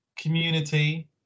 community